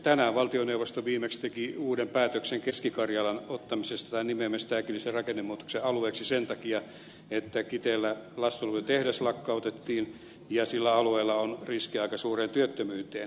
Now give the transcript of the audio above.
tänään valtioneuvosto viimeksi teki uuden päätöksen keski karjalan ottamisesta tai nimeämisestä äkillisen rakennemuutoksen alueeksi sen takia että kiteellä lastulevytehdas lakkautettiin ja sillä alueella on riski aika suureen työttömyyteen